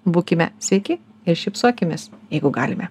būkime sveiki ir šypsokimės jeigu galime